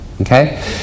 Okay